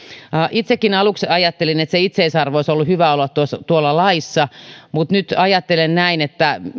itsekin aluksi ajattelin että se itseisarvo olisi ollut hyvä olla tuolla laissa mutta nyt ajattelen näin että